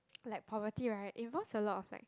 like poverty right involves a lot of like